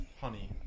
honey